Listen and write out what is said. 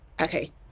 Okay